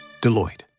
Deloitte